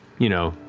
you know,